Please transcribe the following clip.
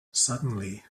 suddenly